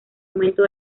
aumento